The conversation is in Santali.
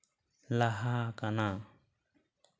ᱞᱟᱦᱟ ᱟᱠᱟᱱᱟ